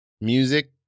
music